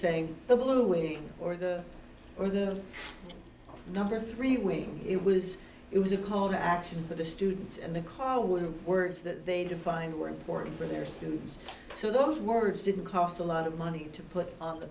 saying the way or the or the number three way it was it was a call to action for the students and the car with the words that they defined were important for their students so those words didn't cost a lot of money to put on the